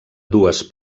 dues